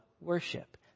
worship